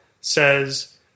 says